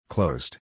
Closed